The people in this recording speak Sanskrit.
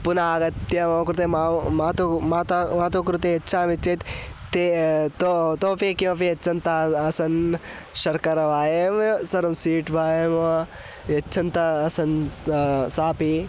पुनः आगत्य मम कृते मम मातुः माता मातुः कृते यच्छामि चेत् ते तु इतोपि किमपि यच्छन्तः आसन् शर्करा वा एवमेव सर्वे सीट् वा एवं वा यच्छन्तः आसन् सा सापि